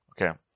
Okay